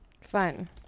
Fun